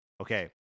okay